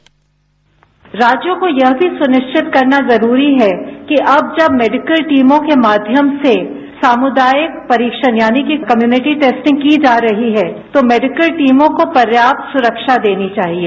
bite राज्यों को यह भी सुनिश्चित करना जरूरी है कि अव जब मेडिकल टीमों के माध्यम से सामुदायिक परीक्षण यानी की कम्युनिटी टेस्टिंग की जा रही है तो मेडिकल टीमों को पर्याप्त सुरक्षा देनी चाहिए